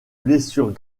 blessures